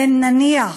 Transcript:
בין, נניח,